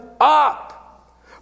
up